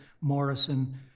Morrison